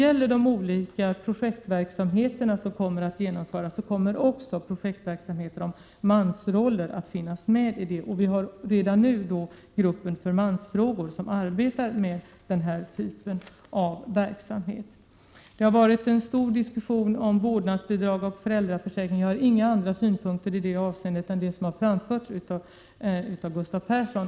I de olika projektverksamheter som skall genomföras kommer även mansrollen att ingå. Redan nu arbetar gruppen för mansfrågor med denna typ av verksamhet. Det har förts omfattande diskussioner om vårdnadsbidrag och föräldraförsäkring. Jag har i detta avseende inga andra synpunkter än dem som har framförts av Gustav Persson.